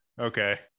Okay